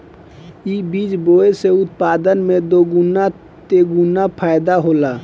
इ बीज बोए से उत्पादन में दोगीना तेगुना फायदा होला